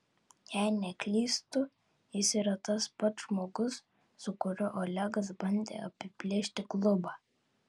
jei neklystu jis yra tas pats žmogus su kuriuo olegas bandė apiplėšti klubą